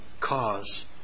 cause